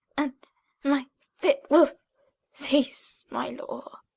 and my fit will cease, my lord.